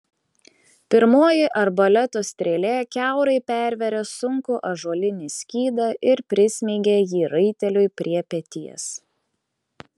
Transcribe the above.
pirmoji arbaleto strėlė kiaurai pervėrė sunkų ąžuolinį skydą ir prismeigė jį raiteliui prie peties